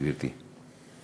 גברתי.